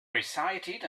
recited